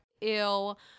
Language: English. ill